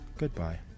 Goodbye